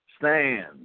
stand